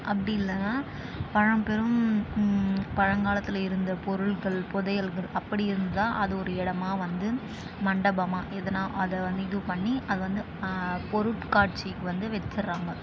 அப்படி இல்லைன்னா பழம்பெரும் பழங்காலத்தில் இருந்த பொருட்கள் புதையல்கள் அப்படி இருந்தால் அது ஒரு இடமாக வந்து மண்டபமாக எதுனால் அதை இது பண்ணி அதை வந்து பொருட்காட்சிக்கு வந்து வச்சுர்றாங்க